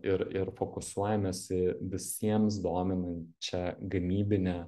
ir ir fokusuojamės į visiems dominančią gamybinę